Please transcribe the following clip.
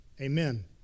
amen